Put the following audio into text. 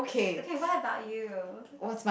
okay what about you